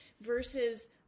versus